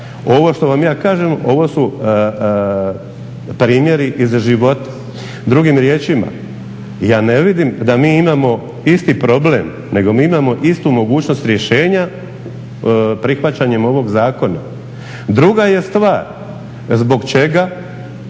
Ovo što vam ja kažem ovo su primjeri iz života. Drugim riječima, ja ne vidim da mi imamo isti problem nego mi imamo istu mogućnost rješenja prihvaćanjem ovog zakona. Druga je stvar zbog čega